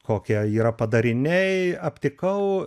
kokie yra padariniai aptikau